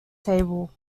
table